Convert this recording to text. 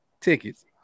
tickets